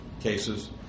cases